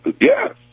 Yes